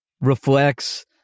reflects